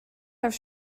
have